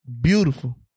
Beautiful